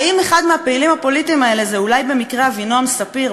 האם אחד מהפעילים הפוליטיים האלה הוא אולי במקרה אבינועם ספיר,